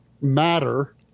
matter